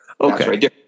Okay